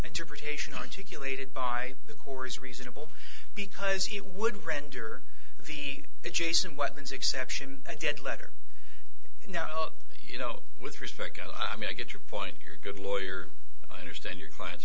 interpretation articulated by the core is reasonable because it would render the adjacent weapons exception a dead letter now you know with respect i mean i get your point you're a good lawyer i understand your client